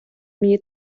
мені